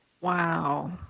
Wow